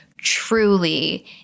truly